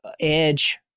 Edge